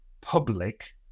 public